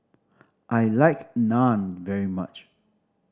I like Naan very much